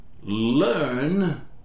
Learn